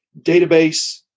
database